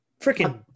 freaking